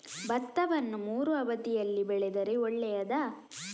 ಭತ್ತವನ್ನು ಮೂರೂ ಅವಧಿಯಲ್ಲಿ ಬೆಳೆದರೆ ಒಳ್ಳೆಯದಾ?